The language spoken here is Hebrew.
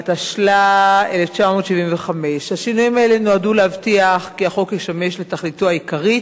התשל"ה 1975. השינויים האלה נועדו להבטיח כי החוק ישמש לתכליתו העיקרית,